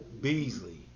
Beasley